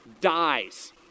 dies